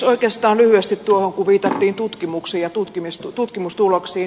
oikeastaan lyhyesti tuohon kun viitattiin tutkimuksiin ja tutkimustuloksiin